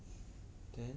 then